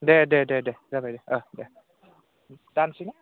दे दे दे जाबाय दे दे दानसैना